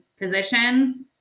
position